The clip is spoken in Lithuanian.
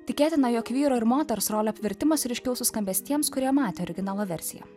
tikėtina jog vyro ir moters rolė vertimas ryškiau suskambės tiems kurie matė originalo versiją